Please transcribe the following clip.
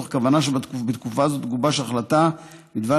מתוך כוונה שבתקופה זו תגובש החלטה בדבר